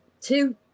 two